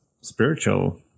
spiritual